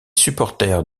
supporters